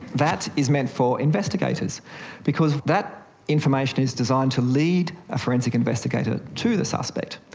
that is meant for investigators because that information is designed to lead a forensic investigator to the suspect.